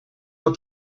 mois